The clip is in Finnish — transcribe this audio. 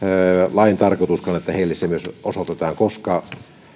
lain tarkoitus että myös heille se osoitetaan koska